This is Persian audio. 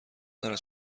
دارد